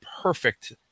perfect